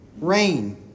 rain